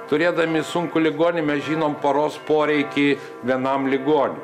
turėdami sunkų ligonį mes žinom paros poreikį vienam ligoniui